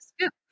scoop